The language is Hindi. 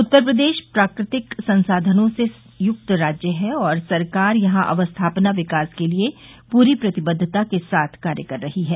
उत्तर प्रदेश प्राकृतिक संसाधनों से युक्त राज्य है और सरकार यहां अवस्थापना विकास के लिये पूरी प्रतिबद्वता के साथ कार्य कर रही है